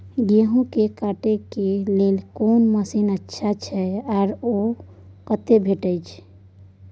गेहूं के काटे के लेल कोन मसीन अच्छा छै आर ओ कतय भेटत?